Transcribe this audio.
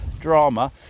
drama